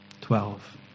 Twelve